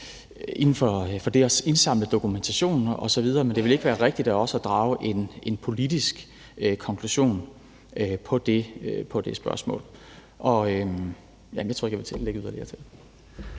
det at indsamle dokumentation osv. Men det vil ikke være rigtigt af os at drage en politisk konklusion i det spørgsmål. Jeg tror ikke, jeg vil tilføje yderligere. Kl.